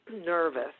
nervous